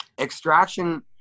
Extraction